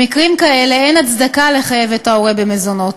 במקרים כאלה, אין הצדקה לחייב את ההורה במזונות.